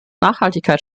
nachhaltigkeit